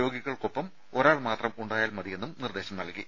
രോഗിക്കൊപ്പം ഒരാൾ മാത്രം ഉണ്ടായാൽ മതിയെന്നും നിർദ്ദേശം നൽകി